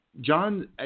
John